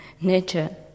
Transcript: nature